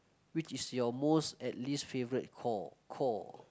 which is your most and least favourite chore chore